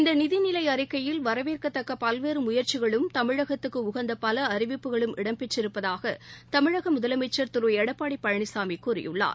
இந்த நிதிநிலை அறிக்கையில் வரவேற்கத்தக்க பல்வேறு முயற்சிகளும் தமிழகத்துக்கு உகந்த பல அறிவிப்புகளும் இடம்பெற்றிருப்பதாக தமிழக முதலமைச்ச் திரு எடப்பாடி பழனிசாமி கூறியுள்ளார்